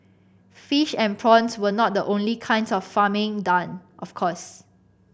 fish and prawns were not the only kinds of farming done of course